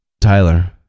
Tyler